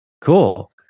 cool